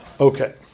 Okay